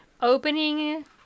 Opening